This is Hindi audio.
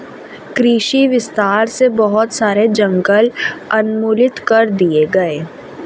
कृषि विस्तार से बहुत सारे जंगल उन्मूलित कर दिए गए